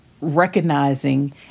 recognizing